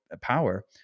power